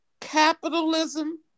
capitalism